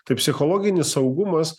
tai psichologinis saugumas